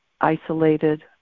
isolated